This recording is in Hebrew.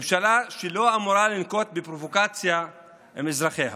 ממשלה לא אמורה לנקוט פרובוקציה עם אזרחיה.